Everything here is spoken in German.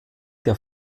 der